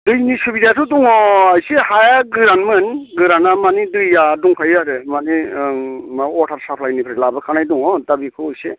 दैनि सुबिदायाथ' दङ एसे हाया गोरानमोन गोराना माने दैया दंखायो आरो माने ओं माबा वाटार साफ्लायनिफ्राय लाबोखानाय दङ दा बेखौ इसे